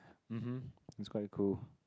mmhmm it's quite cool